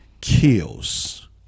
Kills